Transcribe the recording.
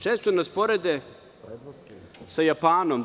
Često nas porede sa Japanom.